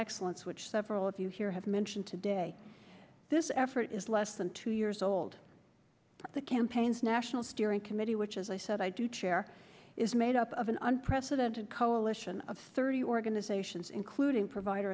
excellence which several of you here have mentioned today this effort is less than two years old the campaign's national steering committee which as i said i do chair is made up of an unprecedented coalition of thirty organizations including provider